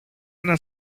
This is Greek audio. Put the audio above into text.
ένα